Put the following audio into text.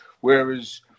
whereas